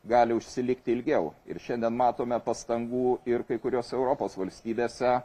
gali užsilikti ilgiau ir šiandien matome pastangų ir kai kurios europos valstybėse